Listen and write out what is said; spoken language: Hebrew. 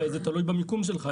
זה תלוי במיקום שלך,